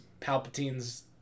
Palpatine's